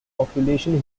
population